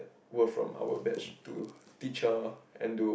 work from our batch to teach her and do